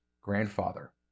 grandfather